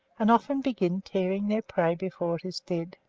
and often begin tearing their prey before it is dead.